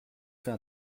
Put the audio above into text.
fait